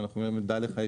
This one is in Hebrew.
דע לך,